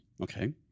Okay